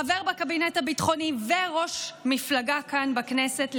חבר בקבינט הביטחוני וראש מפלגה כאן בכנסת,